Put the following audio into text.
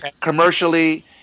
commercially